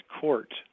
court